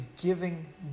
giving